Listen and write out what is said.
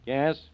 Yes